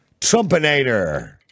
Trumpinator